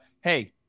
hey